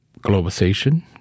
globalization